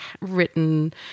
written